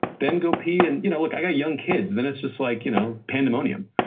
then go pee. and you know like i got young kids. then it's just like you know pandemonium.